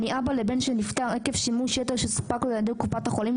אני אבא לבן שנפטר עקב שימוש יתר שסופק על-ידי קופת החולים,